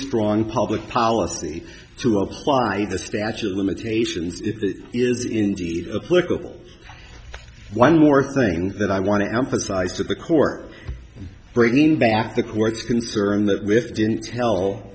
strong public policy to apply the statute of limitations it is indeed a political one more thing that i want to emphasize to the court bringing back the court's concern that with didn't tell